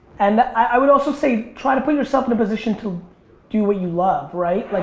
and i would also say try to put yourself in a position to do what you love, right? like